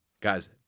Guys